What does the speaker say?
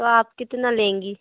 तो आप कितना लेंगी